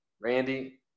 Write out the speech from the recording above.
Randy